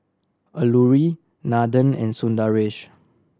Alluri Nathan and Sundaresh